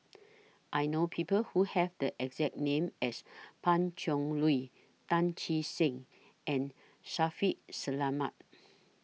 I know People Who Have The exact name as Pan Cheng Lui Tan Che Sang and Shaffiq Selamat